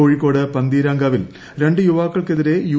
കോഴിക്കോട് പന്തീരാങ്കാവിൽ രണ്ടു യുവാക്കൾക്ക് എതിരെ യു